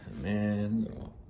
Man